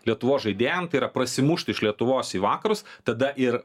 lietuvos žaidėjam tai yra prasimušt iš lietuvos į vakarus tada ir